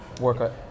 workout